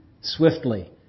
swiftly